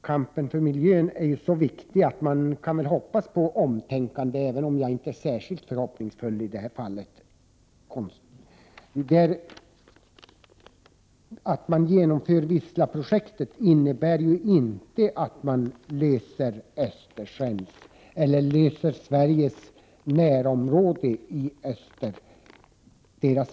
Kampen för miljön är så viktig att man kan hoppas på ett omtänkande i denna fråga, även om jag inte är särskilt förhoppningsfull i det här fallet. Ett genomförande av Wislaprojektet innebär ju inte att man löser problemen kring Östersjön eller miljöproblemen i Sveriges närområde kring Östersjön.